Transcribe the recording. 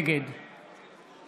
נגד